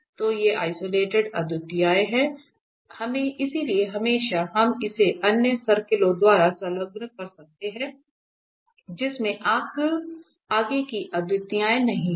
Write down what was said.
तो ये आइसोलेटेड अद्वितीयताएं हैं इसलिए हमेशा हम इसे अन्य सर्किलों द्वारा संलग्न कर सकते हैं जिनमें आगे की अद्वितीयताएं नहीं हैं